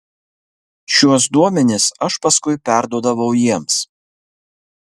šiuos duomenis aš paskui perduodavau jiems